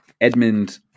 Edmund